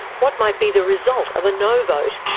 what might be the result of a no vote,